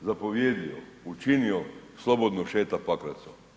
zapovjedio, učinio slobodno šeta Pakracom.